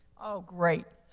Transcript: oh, great.